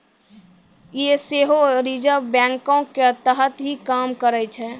यें सेहो रिजर्व बैंको के तहत ही काम करै छै